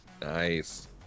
Nice